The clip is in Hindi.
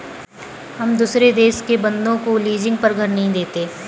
हम दुसरे देश के बन्दों को लीजिंग पर घर नहीं देते